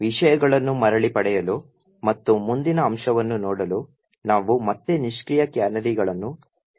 ಆದ್ದರಿಂದ ವಿಷಯಗಳನ್ನು ಮರಳಿ ಪಡೆಯಲು ಮತ್ತು ಮುಂದಿನ ಅಂಶವನ್ನು ನೋಡಲು ನಾವು ಮತ್ತೆ ನಿಷ್ಕ್ರಿಯ ಕ್ಯಾನರಿಗಳನ್ನು ಸೇರಿಸೋಣ